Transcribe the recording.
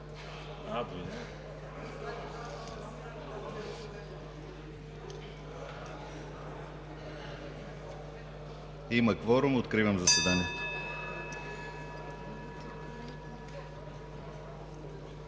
Има кворум, откривам заседанието.